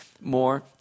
more